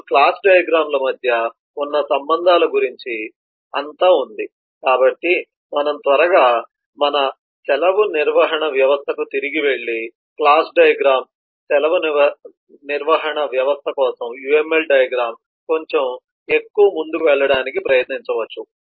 ఇప్పుడు class diagram ల మధ్య ఉన్న సంబంధాల గురించి అంతా ఉంది కాబట్టి మనం త్వరగా మన సెలవు నిర్వహణ వ్యవస్థకు తిరిగి వెళ్లి క్లాస్ డయాగ్రమ్ సెలవు నిర్వహణ వ్యవస్థ కోసం UML డయాగ్రమ్ కొంచెం ఎక్కువ ముందుకు వెళ్ళడానికి ప్రయత్నించవచ్చు